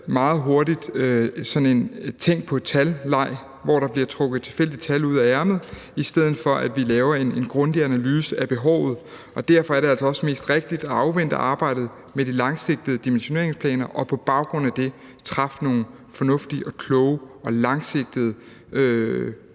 meget hurtigt sådan en tænk på et tal-leg, hvor der bliver rystet et tilfældigt tal ud af ærmet, i stedet for at vi laver en grundig analyse af behovet. Derfor er det altså mest rigtigt at afvente arbejdet med de langsigtede dimensioneringsplaner og på baggrund af dem efterfølgende træffe nogle fornuftige og kloge og langsigtede